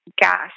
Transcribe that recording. gas